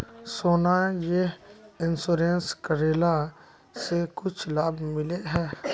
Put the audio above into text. सोना यह इंश्योरेंस करेला से कुछ लाभ मिले है?